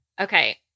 Okay